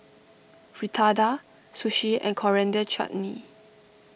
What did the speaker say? Fritada Sushi and Coriander Chutney